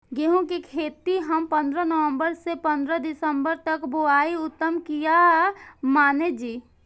गेहूं के खेती हम पंद्रह नवम्बर से पंद्रह दिसम्बर तक बुआई उत्तम किया माने जी?